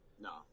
no